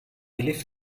left